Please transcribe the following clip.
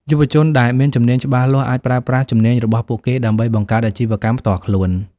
យុវជនដែលមានជំនាញច្បាស់លាស់ អាចប្រើប្រាស់ជំនាញរបស់ពួកគេដើម្បីបង្កើតអាជីវកម្មផ្ទាល់ខ្លួន។